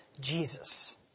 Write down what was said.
Jesus